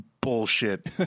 bullshit